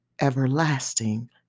everlasting